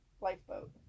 lifeboat